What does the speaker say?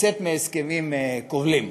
לצאת מהסכמים כובלים.